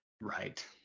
Right